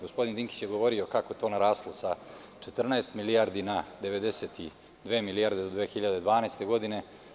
Gospodin Dinkić je govorio kako je to naraslo sa 14 milijardi na 92 milijardi do 2012. godine.